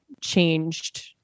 changed